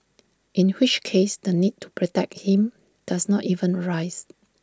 in which case the need to protect him does not even arise